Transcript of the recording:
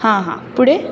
हां हां पुढे